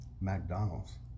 McDonald's